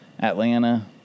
atlanta